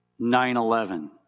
9-11